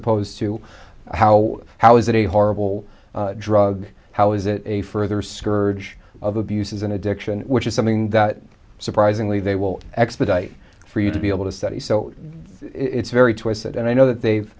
opposed to how how is it a horrible drug how is it a further scourge of abuse is an addiction which is something that surprisingly they will expedite for you to be able to study so it's very twisted and i know that they've